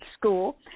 school